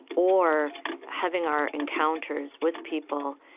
or having our encounters with people,